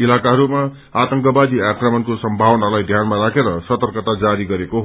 जग्गाहरूमा आतंकी आक्रमणको सम्भावनालाई ध्यानमा राखेर सतर्कता जारी गरेको छ